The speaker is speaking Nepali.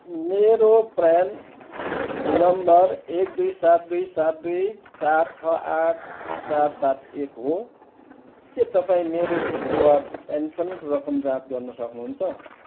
मेरो प्रान नम्बर एक दुई सात दुई सात दुई चार छ आठ चार सात एक हो के तपाईँँ मेरो एपिवाई पेन्सन रकम जाँच गर्न सक्नुहुन्छ